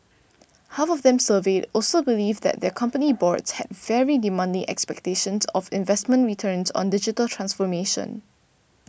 half of them surveyed also believed that their company boards had very demanding expectations of investment returns on digital transformation